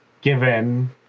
given